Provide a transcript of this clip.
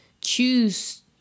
choose